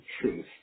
truth